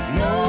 no